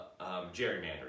gerrymandering